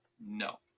No